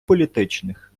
політичних